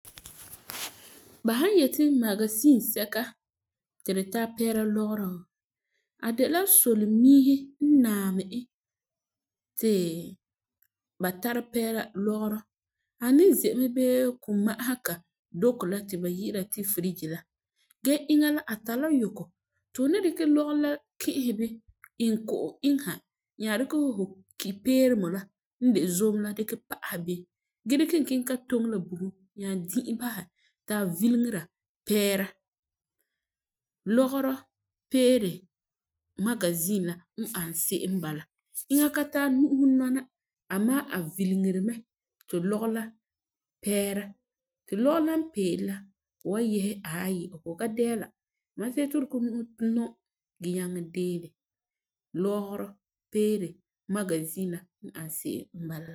Ba san yeti magasin sɛka ti tu tara peera lɔgerɔ, a de la solemiisi n maalɛ e ti ba tara peera lɔgerɔ. A ni zɛ bee kom'asega dukɔ la ti ba yi'ira ti firigi la gee iŋa la a tari la yoko ti fu ni dikɛ lɔgerɔ la kɛ'ɛsɛ bi iŋɛ ko'om iŋɛ ha nya dikɛ hu kipeeremɔ la n de zom la dikɛ pa'asɛ bin gee dikɛ tari kiŋɛ ta toŋɛ fu bugum nya di'i basɛ ti a vileŋera peera. Lɔgerɔ peerɛ magasin n ani se'em n bala iŋa ka tari nu'usi nɔna amaa a vileŋeri mɛ ti lɔgerɔ la peera ti lɔgerɔ la la n peeri la fu wa yehe aayi fu ko'o ka dɛɛla, see ti fu di kɛ fu nu'usi nɔm gee dɛɛle. Lɔgerɔ peere magasin la ani se'em n bala.